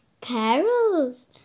carols